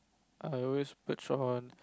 I always patron